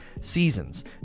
seasons